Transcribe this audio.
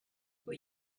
but